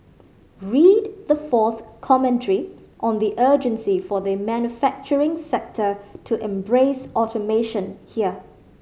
read the fourth commentary on the urgency for the manufacturing sector to embrace automation here